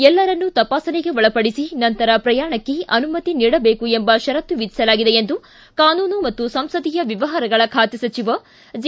ಎಲ್ಲರನ್ನೂ ತಪಾಸಣೆಗೆ ಒಳಪಡಿಸಿ ನಂತರ ಪ್ರಯಾಣಕ್ಕೆ ಅನುಮತಿ ನೀಡಬೇಕು ಎಂಬ ಪರತ್ತು ವಿಧಿಸಲಾಗಿದೆ ಎಂದು ಕಾನೂನು ಮತ್ತು ಸಂಸದೀಯ ವ್ಯವಹಾರಗಳ ಖಾತೆ ಸಚಿವ ಜೆ